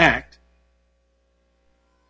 act